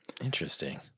Interesting